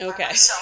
Okay